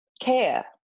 care